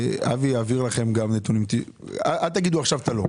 שאבי יעביר לכם גם נתונים, אל תגידו עכשיו את הלא,